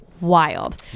Wild